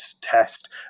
test